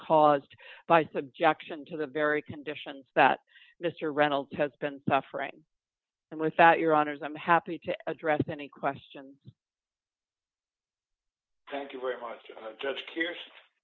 caused by objection to the very conditions that mr reynolds has been suffering and without your honors i'm happy to address any questions thank you very much just